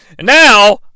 Now